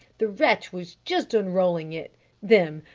the wretch was just unrolling it them,